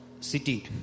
city